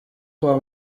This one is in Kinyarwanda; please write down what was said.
kwa